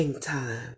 Time